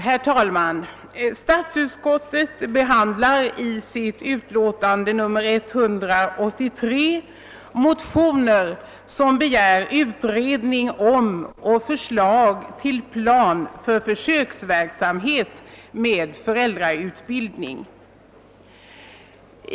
Herr talman! Statsutskottet behandlar i sitt utlåtande nr 183 motioner, vari begärs utredning om och förslag till plan för försöksverksamhet med föräldrautbildning.